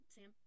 Sam